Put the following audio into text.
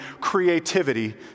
creativity